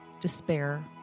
despair